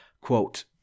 Quote